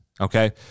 okay